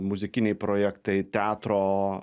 muzikiniai projektai teatro